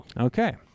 Okay